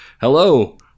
Hello